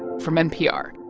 from npr